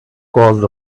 caused